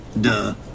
duh